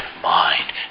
mind